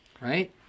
right